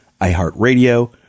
iHeartRadio